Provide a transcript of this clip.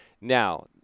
Now